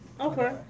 Okay